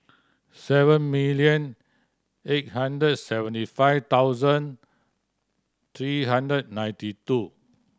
seven million eight hundred seventy five thousand three hundred ninety two